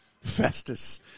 Festus